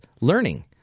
learning